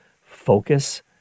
focus